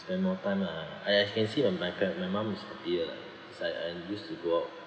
spend more time ah I I can see my parent my mom moved to tear it's like I used to go out